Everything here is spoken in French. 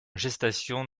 gestation